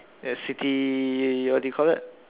uh city what do you call it